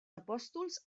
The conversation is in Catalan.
apòstols